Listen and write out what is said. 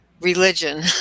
religion